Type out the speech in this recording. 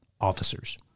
officers